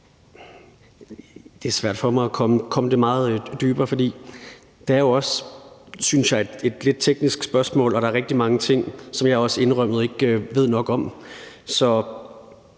Det er svært for mig at gå meget dybere ind i det, for der er jo også, synes jeg, et lidt teknisk spørgsmål, og der er rigtig mange ting, som jeg også, indrømmet, ikke ved nok om.